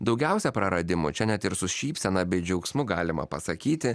daugiausia praradimų čia net ir su šypsena bei džiaugsmu galima pasakyti